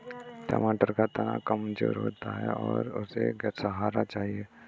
टमाटर का तना कमजोर होता है और उसे सहारा चाहिए